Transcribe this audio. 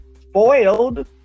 spoiled